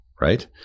Right